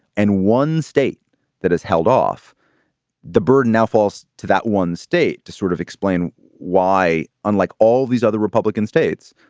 and one state that has held off the burden now falls to that one state to sort of explain why, unlike all these other republican states,